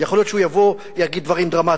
יכול להיות שהוא יבוא ויגיד דברים דרמטיים.